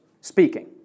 speaking